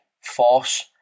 force